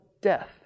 death